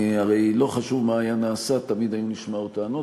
הרי לא חשוב מה היה נעשה, תמיד היו נשמעות טענות.